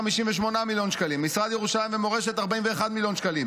58 מיליון שקלים,